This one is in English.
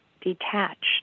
detached